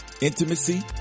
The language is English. intimacy